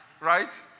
right